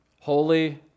Holy